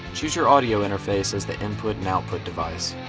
choose your audio interface as the input and output device.